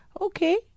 Okay